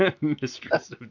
Mistress